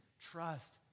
trust